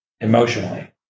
emotionally